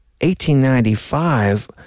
1895